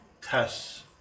tests